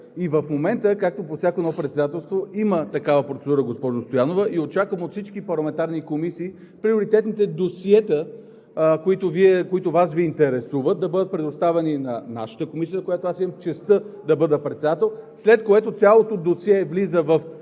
И в момента, както при всяко едно председателство, има такава процедура, госпожо Стоянова, и очаквам от всички парламентарни комисии приоритетните досиета, които Вас Ви интересуват, да бъдат предоставени на нашата комисия, на която аз имам честта да бъда председател, след което цялото досие влиза в